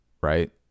right